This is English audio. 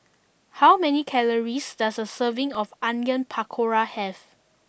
how many calories does a serving of Onion Pakora have